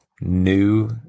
new